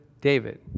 David